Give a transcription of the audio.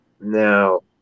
Now